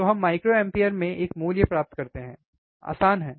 तो हम माइक्रोएम्पेयर में एक मूल्य प्राप्त करते हैं आसान है